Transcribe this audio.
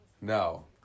No